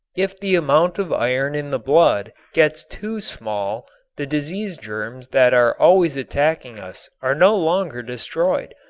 if the amount of iron in the blood gets too small the disease germs that are always attacking us are no longer destroyed,